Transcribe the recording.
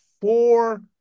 four